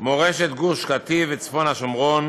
מורשת גוש קטיף וצפון השומרון